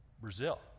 Brazil